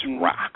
Rock